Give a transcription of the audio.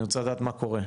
אני רוצה לדעת מה קורה,